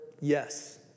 yes